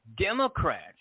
Democrats